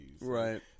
right